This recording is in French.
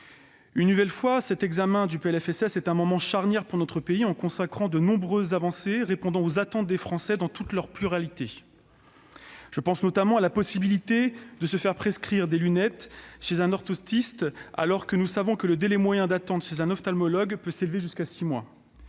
Une nouvelle fois, l'examen du PLFSS est un moment charnière pour notre pays, car ce texte consacre de nombreuses avancées répondant aux attentes des Français dans toute leur pluralité. Je pense notamment à la possibilité de se faire prescrire des lunettes chez un orthoptiste, alors que, nous le savons, le délai moyen d'attente chez les ophtalmologues atteint six mois.